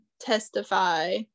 Testify